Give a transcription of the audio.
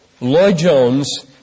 Lloyd-Jones